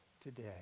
today